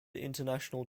international